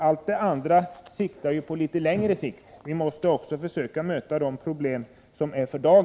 Alla andra åtgärder är ju på litet längre sikt. Vi måste också försöka möta de problem som finns i dag.